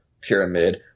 pyramid